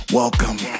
welcome